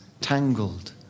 tangled